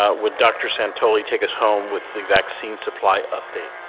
ah would dr. santoli take us home with the vaccine supply update.